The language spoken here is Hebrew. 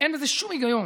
אין בזה שום היגיון.